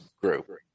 group